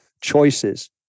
choices